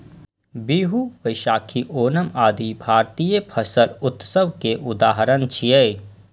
बीहू, बैशाखी, ओणम आदि भारतीय फसल उत्सव के उदाहरण छियै